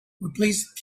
replace